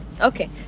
Okay